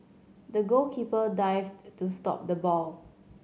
the goalkeeper dived to stop the ball